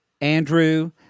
Andrew